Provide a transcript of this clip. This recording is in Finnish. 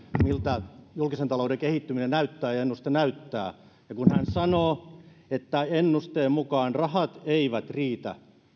miltä julkisen talouden kehittyminen näyttää ja ennuste näyttää ja se kun hän sanoo että ennusteen mukaan rahat eivät riitä